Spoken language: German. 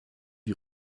die